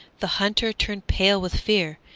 the hunter turned pale with fear,